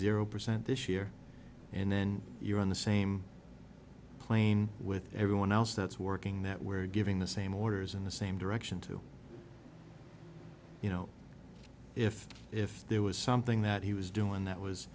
zero percent this year and then you're on the same plane with everyone else that's working that we're giving the same orders in the same direction to you know if if there was something that he was doing that was